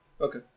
Okay